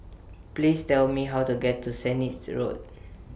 Please Tell Me How to get to Sennett's Road